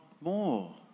more